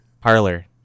parlor